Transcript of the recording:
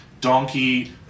donkey